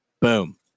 Boom